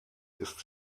ist